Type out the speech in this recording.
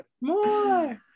More